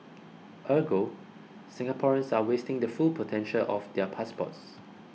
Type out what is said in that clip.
Ergo Singaporeans are wasting the full potential of their passports